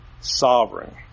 sovereign